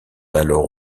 alors